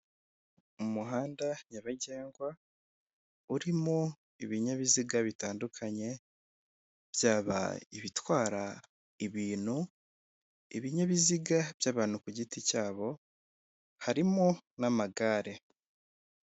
Umuhanda nyabagendwa urimo ibinyabaiziga bitandukanye, byaba ibitwara ibintu, ibinyabiziga by'abantu ku giti cyabo, harimo n'amagare.